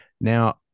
Now